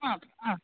ആ ആ